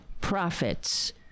profits